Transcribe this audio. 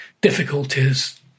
difficulties